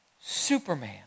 Superman